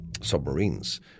submarines